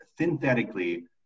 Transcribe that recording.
synthetically